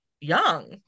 young